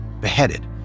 beheaded